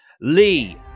Lee